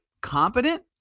competent